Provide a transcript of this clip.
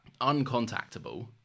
uncontactable